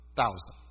thousand